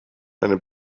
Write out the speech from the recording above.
eine